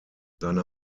seine